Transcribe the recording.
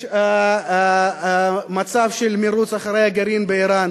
יש מצב של מירוץ אחרי הגרעין באירן,